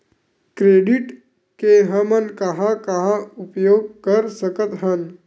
Credit के हमन कहां कहा उपयोग कर सकत हन?